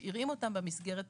יש לנו מוקד לאזרחים